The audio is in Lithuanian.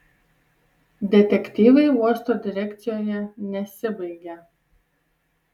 detektyvai uosto direkcijoje nesibaigia